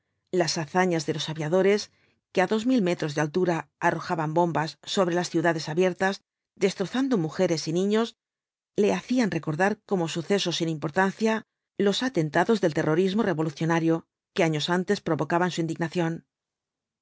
las hazañas de los aviadores que á dos mil metros de altura arrojan bombas sobre las ciudades abiertas destrozando mujeres y niños le hacían recordar como sucesos sin importancia los atentados del terrorismo revolucionario que años antes provocaban su indignación